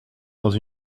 dans